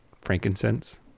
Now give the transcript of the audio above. Frankincense